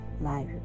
life